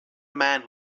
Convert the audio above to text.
man